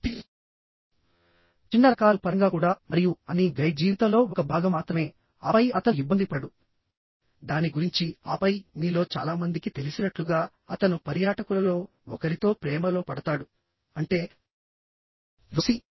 కాబట్టి చిన్న రకాలు పరంగా కూడా మరియు అన్నీ గైడ్ జీవితంలో ఒక భాగం మాత్రమేఆపై అతను ఇబ్బంది పడడు దాని గురించిఆపైమీలో చాలా మందికి తెలిసినట్లుగాఅతను పర్యాటకులలో ఒకరితో ప్రేమలో పడతాడు అంటే రోసీ